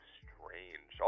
strange